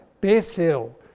Bethel